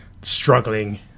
struggling